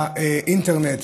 לאינטרנט,